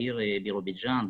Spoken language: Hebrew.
בעיר בירוביז'אן,